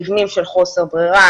מבנים של חוסר ברירה,